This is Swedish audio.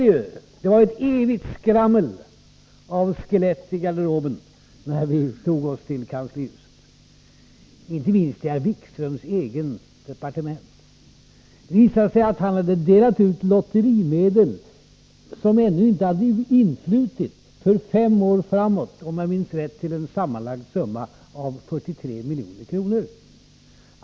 Men det var ett evigt skrammel av skelett i garderoben när vi kom till kanslihuset, inte minst i herr Wikströms eget departement. Det visade sig att han hade delat ut lotterimedel, som ännu inte hade influtit, för fem år framåt — om jag minns rätt till en sammanlagd summa av 43 milj.kr.